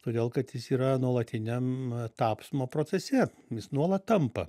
todėl kad jis yra nuolatiniam tapsmo procese jis nuolat tampa